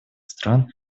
стран